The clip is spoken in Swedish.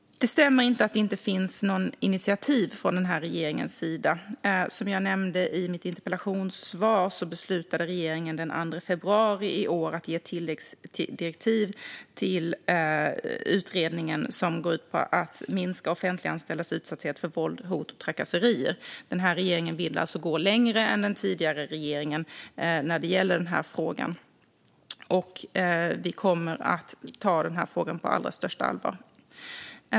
Det stämmer inte att det inte finns några initiativ från den här regeringens sida. Som jag nämnde i mitt interpellationssvar beslutade regeringen den 2 februari i år att ge tilläggsdirektiv till utredningen som går ut på att minska offentliganställdas utsatthet för våld, hot och trakasserier. Den här regeringen vill alltså gå längre än den tidigare regeringen när det gäller den här frågan. Vi kommer att ta den på allra största allvar.